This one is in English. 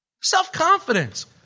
Self-confidence